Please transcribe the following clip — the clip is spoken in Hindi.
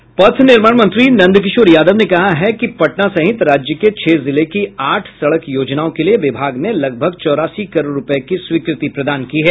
पथ निर्माण मंत्री नन्दकिशोर यादव ने कहा है कि पटना सहित राज्य के छह जिले की आठ सड़क योजनाओं के लिए विभाग ने लगभग चौरासी करोड़ रुपये की स्वीकृति प्रदान की है